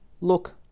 Look